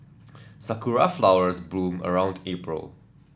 sakura flowers bloom around April